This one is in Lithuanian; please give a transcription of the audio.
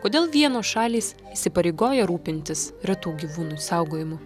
kodėl vienos šalys įsipareigoja rūpintis retų gyvūnų saugojimu